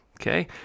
Okay